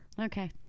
Okay